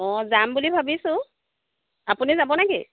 অঁ যাম বুলি ভাবিছোঁ আপুনি যাবনে কি